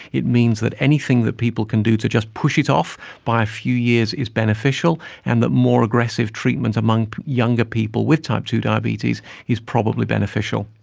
it means that anything that people can do to just put it off by a few years is beneficial, and that more aggressive treatment among younger people with type two diabetes is probably beneficial.